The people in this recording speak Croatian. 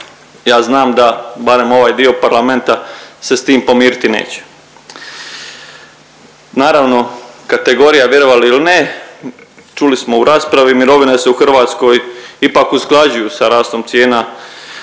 Ja znam da barem ovaj dio parlamenta se s tim pomiriti neće. Naravno kategorija vjerovali ili ne čuli smo u raspravi mirovine se u Hrvatskoj ipak usklađuju sa rastom cijena